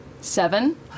Seven